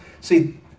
see